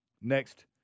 next